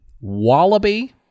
wallaby